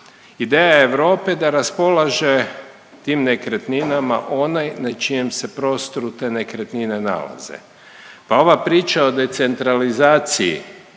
Ideja je Europe da raspolaže tim nekretninama onaj na čijem se prostoru te nekretnine nalaze pa ova priča o decentralizaciji